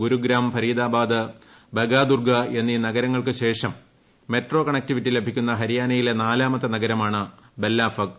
Gurugram Faridabad Bahadurgarh എന്നീ നഗരങ്ങൾക്കുശേഷം metro connectivity ലഭ്യമാകുന്ന ഹരിയാനയിലെ നാലാമത്തെ നഗരമാണ് ബെല്ലാഭഗ്